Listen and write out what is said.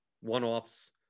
One-offs